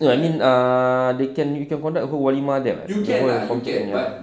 no I mean ah they can you can conduct [pe] walimah there [what] ya